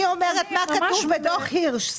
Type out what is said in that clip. אני אומרת מה כתוב בדוח הירש.